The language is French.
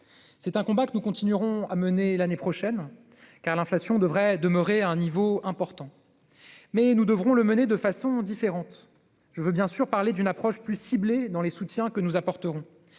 C'est un combat que nous continuerons à mener l'année prochaine, car l'inflation devrait demeurer à un niveau élevé. Mais nous devrons le mener de façon différente, je veux bien sûr parler d'une approche plus ciblée dans les soutiens que nous apporterons,